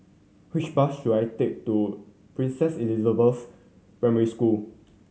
which bus should I take to Princess Elizabeth Primary School